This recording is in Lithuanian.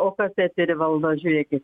o kas eterį valdo žiūrėkit